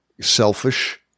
selfish